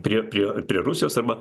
prie prie prie rusijos arba